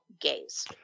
gaze